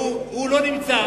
והוא לא נמצא,